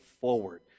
forward